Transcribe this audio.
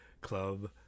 club